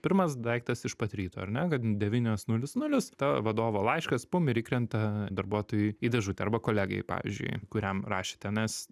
pirmas daiktas iš pat ryto ar ne kad devynios nulis nulis ta vadovo laiškas pum ir įkrenta darbuotojų į dėžutę arba kolegai pavyzdžiui kuriam rašėte nes